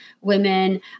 women